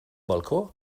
balcó